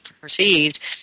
perceived